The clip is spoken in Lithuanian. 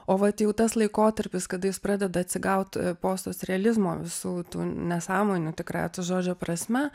o vat jau tas laikotarpis kada jis pradeda atsigaut postus realizmo visų tų nesąmonių tikrąja to žodžio prasme